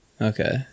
Okay